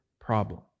problem